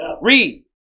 Read